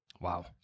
Wow